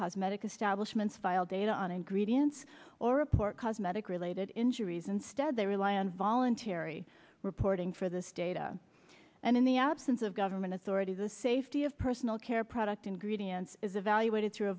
cosmetic establishments file data on ingredients or report cosmetic related injuries instead they rely on voluntary reporting for this data and in the absence of government authority the same a fee of personal care product ingredients is evaluated through a